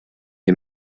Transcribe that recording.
est